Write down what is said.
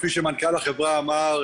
כפי שמנכ"ל החברה אמר,